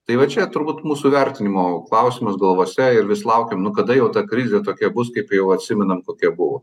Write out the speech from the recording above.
tai va čia turbūt mūsų vertinimo klausimas galvose ir vis laukiam nu kada jau ta krizė tokia bus kaip jau atsimenam kokia buvo